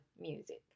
music